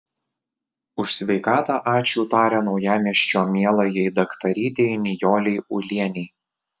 už sveikatą ačiū taria naujamiesčio mielajai daktarytei nijolei ulienei